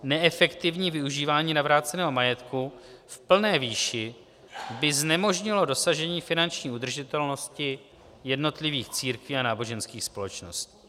Neefektivní využívání navráceného majetku v plné výši by znemožnilo dosažení finanční udržitelnosti jednotlivých církví a náboženských společností.